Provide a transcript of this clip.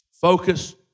focus